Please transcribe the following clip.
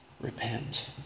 repent